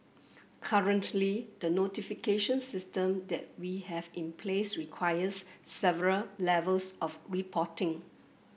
currently the notification system that we have in place requires several levels of reporting